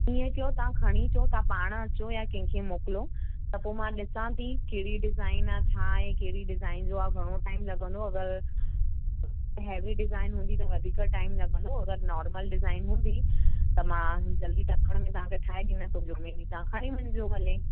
हिय कयो तां खणी अचो तां पाणि अचो या कंहिंखे मोकलयो त पो मां ॾिसांती कहेड़ि डिज़ाइन आ छा आहे कहेड़ि डिज़ाइन जो आ घणो टाइम लगंदो अगिर हेवी डिज़ाइन हूंदी त वधीक टाइम लगंदो अगिर नॉरमल डिज़ाइन हूंदी त मां जल्दी तकड़ में तांखे ठाहे डींदसि जूमे ॾींहं तां खणी वञिजो भले